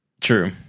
True